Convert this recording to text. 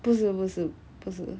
不是不是不是